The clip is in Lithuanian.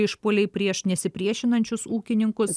išpuoliai prieš nesipriešinančius ūkininkus